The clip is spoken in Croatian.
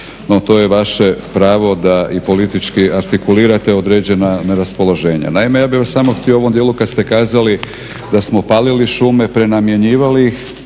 No to je vaše pravo da i politički artikulirate određena neraspoloženja. Naime, ja bih vas samo htio u ovom dijelu kad ste kazali da smo palili šume, prenamjenjivali ih